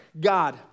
God